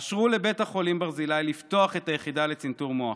אשרו לבית החולים ברזילי לפתוח את היחידה לצנתור מוח.